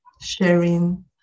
sharing